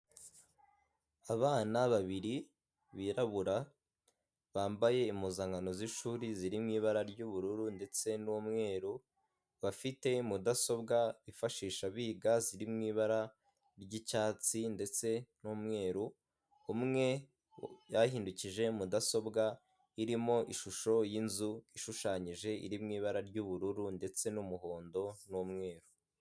Abana babiri birabura, bambaye impuzankano z'ishuri ziri mu ibara ry'ubururu ndetse n'umweru, bafite mudasobwa bifashisha biga ziri mu ibara ry'icyatsi ndetse n'umweru, umwe yahindukije mudasobwa irimo ishusho y'inzu ishushanyije iri mu ibara ry'ubururu ndetse n'umuhondo n'umweru.